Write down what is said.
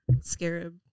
scarab